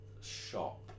shop